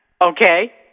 Okay